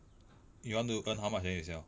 you want to earn how much then you sell